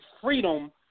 freedom